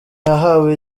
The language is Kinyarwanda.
yahawe